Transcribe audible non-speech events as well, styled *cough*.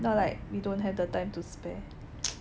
not like we don't have the time to spare *noise*